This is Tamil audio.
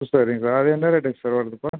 ம் சேரிங்க சார் அது என்ன ரேட்டுங்க சார் வருது இப்போது